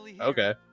Okay